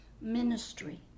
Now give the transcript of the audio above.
Ministry